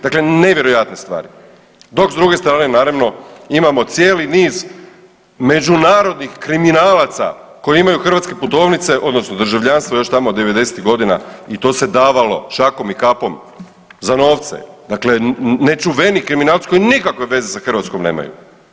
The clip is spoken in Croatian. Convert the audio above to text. Dakle, nevjerojatne stvari, dok s druge strane naravno imamo cijeli niz međunarodnih kriminalaca koji imaju hrvatske putovnice odnosno državljanstvo još tamo od '90.-tih godina i to se davalo šakom i kapom za novce, dakle nečuveni kriminalci koji nikakve veze sa Hrvatskom nemaju.